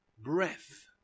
Breath